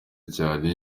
cyane